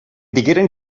digueren